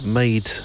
made